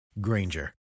Granger